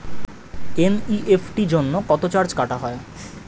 NEFT জন্য কত charge কাটা হয়?